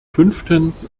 fünftens